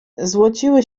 złociły